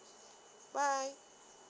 bye